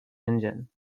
engine